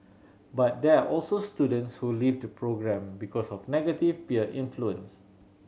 but there are also students who leave the programme because of negative peer influence